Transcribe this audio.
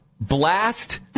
blast